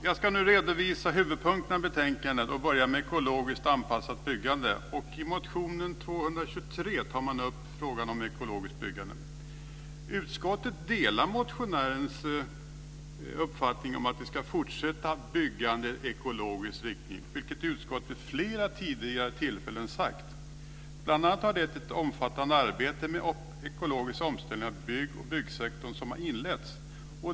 Jag ska redovisa huvudpunkterna i betänkandet och börjar med avsnittet om ekologiskt anpassat byggande. I motion Bo223 tar man upp frågan om ekologiskt byggande. Utskottet delar motionärens uppfattning att vi ska fortsätta med byggande i ekologisk riktning, vilket utskottet vid flera tillfällen har sagt. Bl.a. har detta gjort att ett omfattande arbete med ekologisk omställning av bygg och bostadssektorn har inletts.